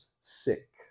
sick